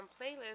playlist